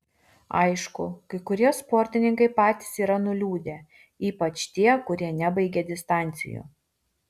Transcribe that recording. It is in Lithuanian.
aišku kai kurie sportininkai patys yra nuliūdę ypač tie kurie nebaigė distancijų